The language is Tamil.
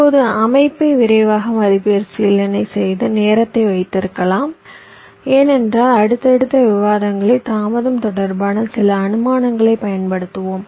இப்போது அமைப்பை விரைவாக மறுபரிசீலனை செய்து நேரத்தை வைத்திருக்கலாம் ஏனென்றால் அடுத்தடுத்த விவாதங்களில் தாமதம் தொடர்பான சில அனுமானங்களை பயன்படுத்துவோம்